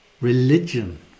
religion